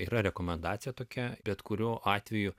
yra rekomendacija tokia bet kuriu atveju